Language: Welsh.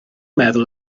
meddwl